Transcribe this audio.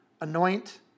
anoint